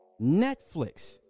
netflix